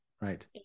right